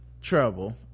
trouble